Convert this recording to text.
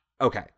Okay